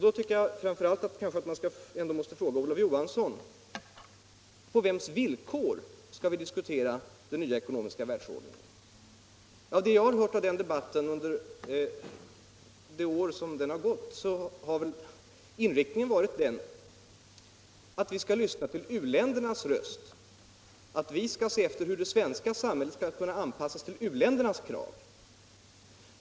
Då tycker jag att man ändå måste fråga herr Olof Johansson på vems villkor vi skall diskutera den nya ekonomiska världsordningen. Det jag har hört av den debatten under det år den pågått har klartgjort att inriktningen varit att vi skall lyssna till u-ländernas röst. Vi skall se efter hur det svenska samhället skall kunna anpassas till u-ländernas krav.